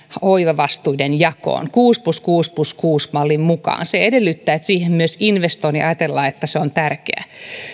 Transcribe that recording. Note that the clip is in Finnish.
hoivavastuiden jakoon kuusi plus kuusi plus kuusi mallin mukaan se edellyttää että siihen myös investoidaan ja ajatellaan että se on tärkeä